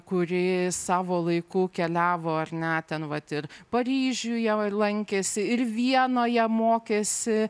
kuri savo laiku keliavo ar ne ten vat ir paryžiuje lankėsi ir vienoje mokėsi